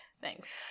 Thanks